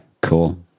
cool